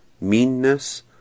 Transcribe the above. meanness